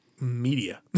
media